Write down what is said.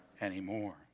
anymore